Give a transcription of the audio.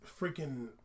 freaking